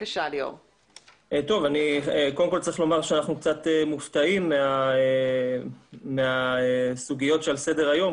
אנחנו קצת מופתעים מהסוגיות שעל סדר-היום,